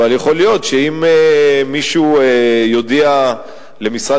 אבל יכול להיות שאם מישהו יודיע למשרד